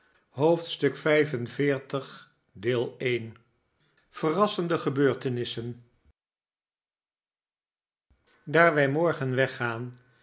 verrassende gebeurtenissen daar wij morgen weggaan